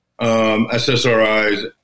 SSRIs